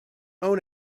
own